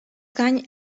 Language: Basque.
gain